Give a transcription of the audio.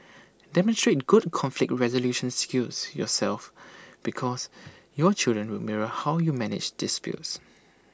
demonstrate good conflict resolution skills yourself because your children will mirror how you manage disputes